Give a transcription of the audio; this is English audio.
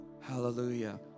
hallelujah